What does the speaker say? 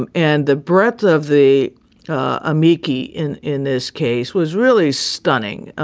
and and the breadth of the ah mielke in in this case was really stunning.